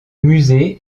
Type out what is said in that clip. musée